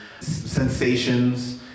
sensations